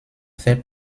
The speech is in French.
fait